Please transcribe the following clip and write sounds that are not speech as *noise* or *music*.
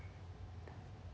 *laughs*